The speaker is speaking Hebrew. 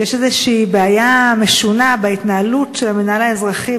שיש איזושהי בעיה משונה בהתנהלות של המינהל האזרחי